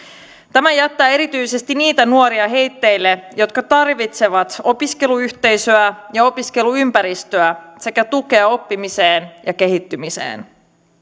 tämä jättää heitteille erityisesti niitä nuoria jotka tarvitsevat opiskeluyhteisöä ja opiskeluympäristöä sekä tukea oppimiseen ja kehittymiseen